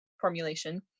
formulation